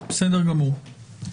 בסדר גמור.